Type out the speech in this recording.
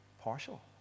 partial